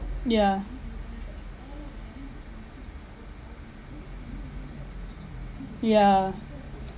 yeah yeah